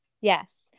Yes